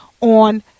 on